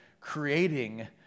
creating